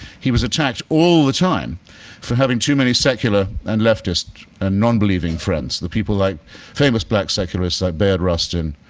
he was attacked all the time for having too many secular and leftist ah non-believing friends, the people like famous black secularists like bayard rustin,